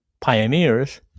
Pioneers